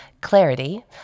clarity